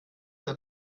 der